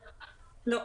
לא.